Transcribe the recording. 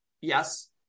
Yes